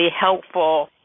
helpful